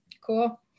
Cool